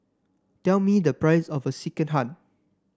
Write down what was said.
tell me the price of Sekihan